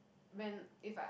when if I